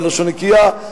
בלשון נקייה,